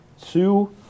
two